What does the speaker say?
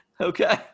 okay